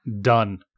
done